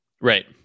Right